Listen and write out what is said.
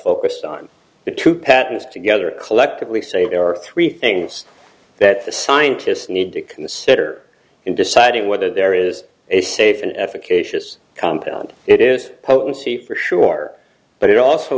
focused on the two patmos together collectively say there are three things that the scientists need to consider in deciding whether there is a safe and efficacious compound it is potency for sure but it also